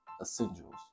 essentials